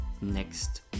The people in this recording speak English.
next